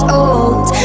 old